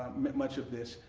much of this.